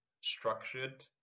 structured